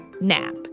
nap